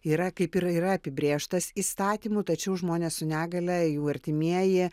yra kaip ir yra yra apibrėžtas įstatymu tačiau žmonės su negalia jų artimieji